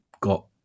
got